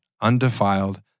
undefiled